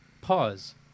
PAUSE